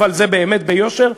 אבל זה באמת ביושר,